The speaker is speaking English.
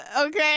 Okay